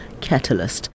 Catalyst